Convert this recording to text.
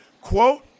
quote